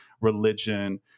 religion